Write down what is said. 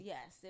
Yes